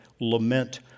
lament